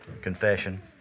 confession